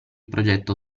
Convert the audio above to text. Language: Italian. progetto